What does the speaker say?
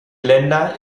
länder